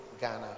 ghana